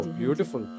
beautiful